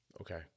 Okay